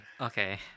Okay